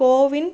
CoWIN